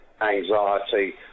anxiety